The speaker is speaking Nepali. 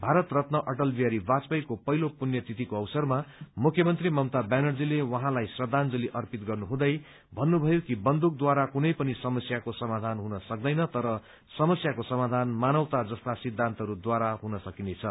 भारत रत्न अटल विहारी वाजपेयीको पहिलो पुण्यतिथिको अवसरमा मुख्यमन्त्री ममता ब्यानर्जीले उहाँलाई श्रद्धाजंलि अर्पित गर्नुहुँदै भन्नुभयो कि बन्दूकद्वारा कुनै सस्याको समाधान हुन सक्तैन तर सस्याको समाधान मानवता जस्ता सिद्धान्तहरूद्वारा हुन सकिनेछ